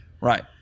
Right